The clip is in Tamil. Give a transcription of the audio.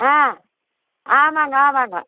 ஆ ஆமாங்க ஆமாங்க